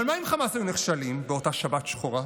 אבל מה אם חמאס היו נכשלים באותה שבת שחורה?